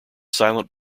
silent